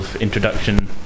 introduction